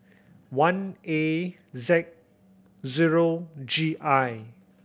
one A Z zero G I